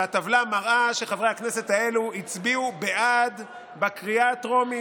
והטבלה מראה שחברי הכנסת האלה הצביעו בעד בקריאה הטרומית,